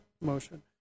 motion